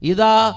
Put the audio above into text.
Ida